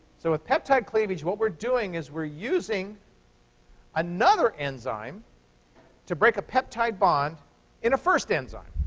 so a peptide cleavage, what we're doing is we're using another enzyme to break a peptide bond in a first enzyme.